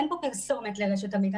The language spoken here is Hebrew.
אין פה פרסומת לרשת אמית,